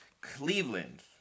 Cleveland